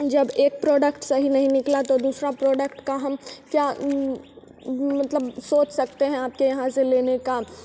जब एक प्रोडक्ट सही नहीं निकला तो दूसरा प्रोडक्ट का हम क्या मतलब सोच सकते हैं आपके यहाँ से लेने का